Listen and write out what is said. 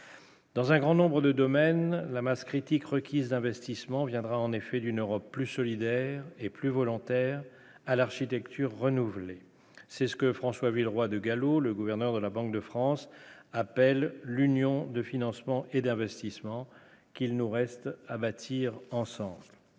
Dans un grand nombre de domaines, la masse critique requise d'investissement viendra en effet d'une Europe plus solidaire et plus volontaire à l'architecture renouvelée, c'est ce que François Villeroy de Galhau, le gouverneur de la Banque de France appelle l'Union de financement et d'investissement qu'il nous reste à bâtir ensemble.